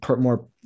more